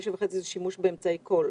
9:30 זה לגבי שימוש באמצעי קול.